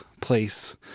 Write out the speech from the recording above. place